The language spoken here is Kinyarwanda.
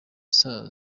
saa